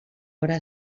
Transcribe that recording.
obra